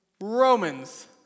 Romans